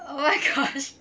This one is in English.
oh my gosh